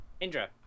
Indra